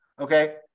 okay